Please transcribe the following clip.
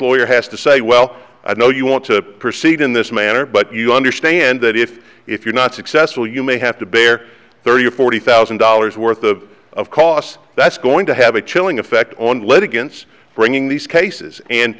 lawyer has to say well i know you want to proceed in this manner but you understand that if if you're not successful you may have to bear thirty or forty thousand dollars worth of of costs that's going to have a chilling effect on litigants bringing these cases and